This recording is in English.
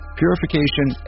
purification